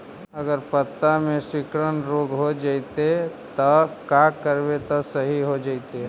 अगर पत्ता में सिकुड़न रोग हो जैतै त का करबै त सहि हो जैतै?